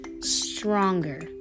stronger